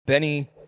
Benny